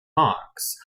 marks